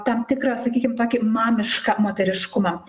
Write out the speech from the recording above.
tam tikrą sakykim tokį mamišką moteriškumą